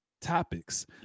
topics